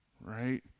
right